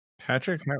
Patrick